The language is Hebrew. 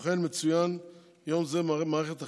כמו כן מצוין יום זה במערכת החינוך,